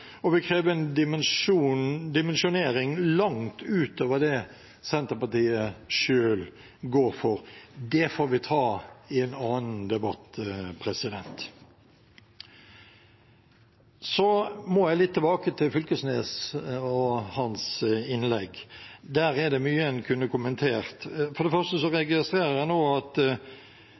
og vil kreve en dimensjonering langt utover det Senterpartiet selv går for. Det får vi ta i en annen debatt. Så må jeg litt tilbake til Knag Fylkesnes og hans innlegg, der er det mye en kunne ha kommentert. For det første registrerer jeg at